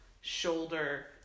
shoulder